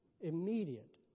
immediate